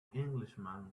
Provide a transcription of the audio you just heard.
englishman